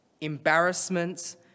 embarrassment